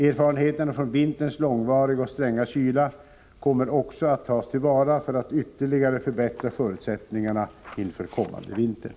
Erfarenheterna från vinterns långvariga och stränga kyla kommer också att tas till vara för att ytterligare förbättra förutsättningarna inför kommande vintrar.